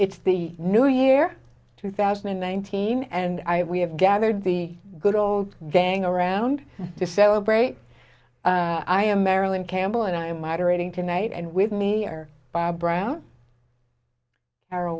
it's the new year two thousand and nineteen and i we have gathered the good old gang around to celebrate i am marilyn campbell and i'm moderating tonight and with me are bob brown are a